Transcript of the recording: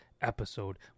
episode